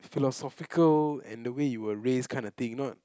philosophical and the way you were raised kind of thing not